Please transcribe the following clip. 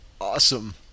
Awesome